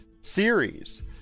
series